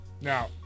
now